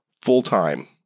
full-time